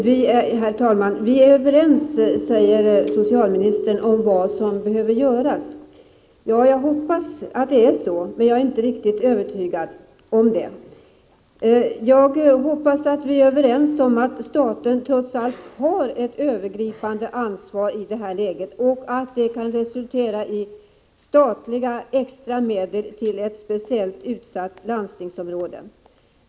Herr talman! Vi är överens, säger socialministern, om vad som behöver göras. Jag hoppas att det är så, men jag är inte riktigt övertygad om det. Jag hoppas att vi är överens om att staten i det här läget trots allt har ett övergripande ansvar och att det kan resultera i extra statliga medel till ett speciellt utsatt landstingsområde.